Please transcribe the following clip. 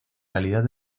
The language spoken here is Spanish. calidad